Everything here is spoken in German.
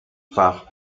fach